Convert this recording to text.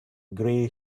gray